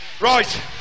Right